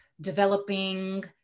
developing